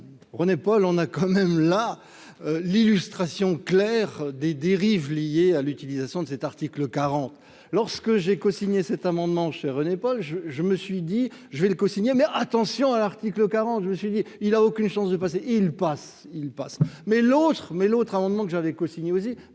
René-Paul on a quand même là l'illustration claire des dérives liées à l'utilisation de cet article quarante lorsque j'ai cosigné cet amendement chez René-Paul je, je me suis dit je vais le signé mais attention à l'article quarante je me suis dit il a aucune chance de passer, ils passent, ils passent, mais l'autre, mais l'autre amendement que j'avais cosigné aussi